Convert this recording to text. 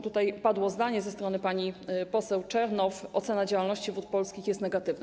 Tutaj padło zdanie ze strony pani poseł Czernow: ocena działalności Wód Polskich jest negatywna.